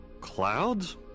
Clouds